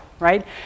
right